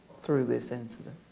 through this incident.